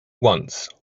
once